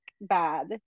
bad